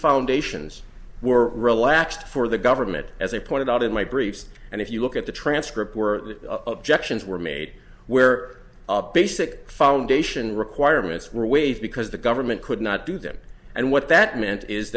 foundations were relaxed for the government as i pointed out in my briefs and if you look at the transcript where the objections were made where basic foundation requirements were waived because the government could not do them and what that meant is